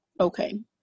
okay